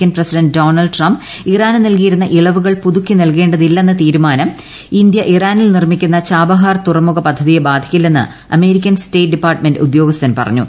American president Donald Trump ഇറാന് നൽകിയിരുന്ന ഇളവുകൾ പുതുക്കി നൽകേണ്ടതില്ലെന്ന തീരുമാനം ഇന്ത്യ ഇറാനിൽ നിർമിക്കുന്ന ഛാബഹാർ തുറമുഖ പദ്ധതിയെ ബാധിക്കില്ലെന്ന് അമേരിക്കൻ സ്റ്റേറ്റ് ഡിപ്പാർട്ട്മെന്റ് ഉദ്യോഗസ്ഥൻ പറഞ്ഞു